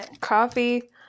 Coffee